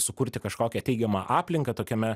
sukurti kažkokią teigiamą aplinką tokiame